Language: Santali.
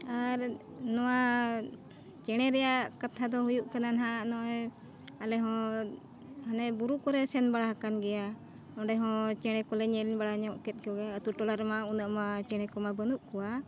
ᱟᱨ ᱱᱚᱣᱟ ᱪᱮᱬᱮ ᱨᱮᱭᱟᱜ ᱠᱟᱛᱷᱟ ᱫᱚ ᱦᱩᱭᱩᱜ ᱠᱟᱱᱟ ᱱᱟᱦᱟᱜ ᱱᱚᱜᱼᱚᱭ ᱟᱞᱮ ᱦᱚᱸ ᱦᱟᱱᱮ ᱵᱩᱨᱩ ᱠᱚᱨᱮ ᱥᱮᱱ ᱵᱟᱲᱟ ᱟᱠᱟᱱ ᱜᱮᱭᱟ ᱚᱸᱰᱮ ᱦᱚᱸ ᱪᱮᱬᱮ ᱠᱚᱞᱮ ᱧᱮᱞ ᱵᱟᱲᱟ ᱧᱚᱜ ᱠᱮᱫ ᱠᱚᱜᱮᱭᱟ ᱟᱛᱳᱼᱴᱚᱞᱟ ᱨᱮᱢᱟ ᱩᱱᱟᱹᱜ ᱢᱟ ᱪᱮᱬᱮ ᱠᱚᱢᱟ ᱵᱟᱹᱱᱩᱜ ᱠᱚᱣᱟ